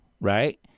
Right